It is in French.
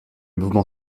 mouvement